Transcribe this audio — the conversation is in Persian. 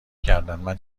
کردندمن